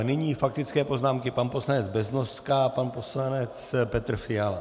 Nyní faktické poznámky pan poslanec Beznoska a pan poslanec Petr Fiala.